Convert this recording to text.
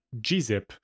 gzip